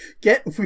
Get